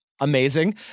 Amazing